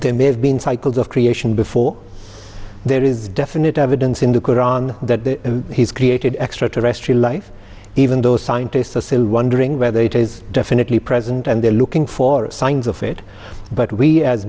there may have been cycles of creation before there is definite evidence in the qur'an that he's created extraterrestrial life even though scientists are still wondering whether it is definitely present and they're looking for signs of it but we as